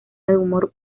humor